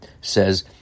says